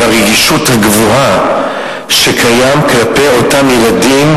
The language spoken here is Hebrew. והרגישות הגבוהה שקיימת כלפי אותם ילדים,